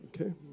Okay